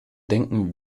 denken